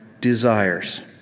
desires